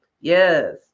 Yes